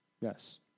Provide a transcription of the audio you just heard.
Yes